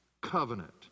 covenant